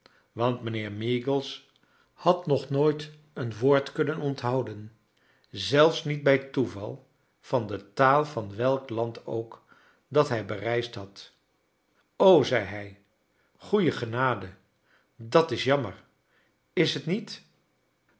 want mijnheer meagles had nog nooit een woord kunnen onthouden zelfs niet bij toevai van de taal van welk land ook da-t hij bereisd had oi zei hij goeie genade dat is jammer is t niet